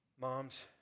Moms